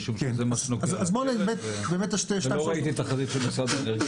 לא ראיתי תחזית של משרד האנרגיה,